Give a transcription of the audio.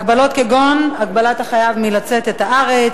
הגבלות כגון הגבלת החייב מלצאת את הארץ,